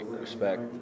respect